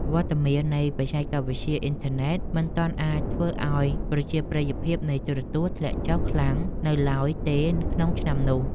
វត្តមាននៃបច្ចេកវិទ្យាអ៊ីនធឺណិតមិនទាន់អាចធ្វើឱ្យប្រជាប្រិយភាពនៃទូរទស្សន៍ធ្លាក់ចុះខ្លាំងនៅឡើយទេក្នុងឆ្នាំនោះ។